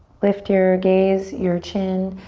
lift your gaze, your chin,